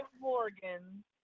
Morgan